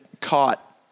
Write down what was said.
caught